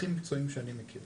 הכי מקצועיים שאני מכיר.